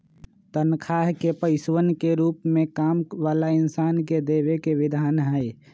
तन्ख्वाह के पैसवन के रूप में काम वाला इन्सान के देवे के विधान हई